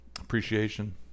appreciation